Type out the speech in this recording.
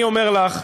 אני אומר לך,